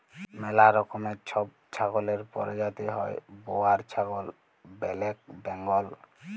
ম্যালা রকমের ছব ছাগলের পরজাতি হ্যয় বোয়ার ছাগল, ব্যালেক বেঙ্গল